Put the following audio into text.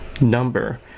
number